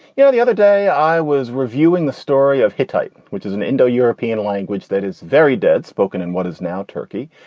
you know, the other day i was reviewing the story of hittite, which is an indo european language that is very dead spoken in what is now turkey.